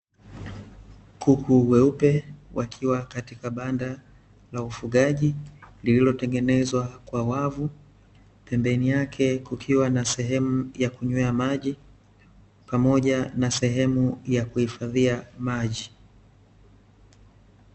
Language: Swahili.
Kuku weupe wakiwa katika banda la ufugaji lililotengenezwa kwa wavu, pembeni yake kukiwa na sehemu ya kunywea maji, pamoja na sehemu ya kuhifadhia maji.